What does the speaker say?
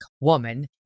woman